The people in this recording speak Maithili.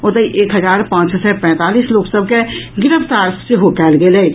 ओतहि एक हजार पांच सय पैंतालीस लोक सभ के गिरफ्तार सेहो कयल गेल अछि